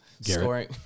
scoring